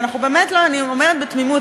אבל אני אומרת בתמימות,